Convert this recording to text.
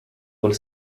vuol